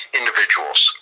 individuals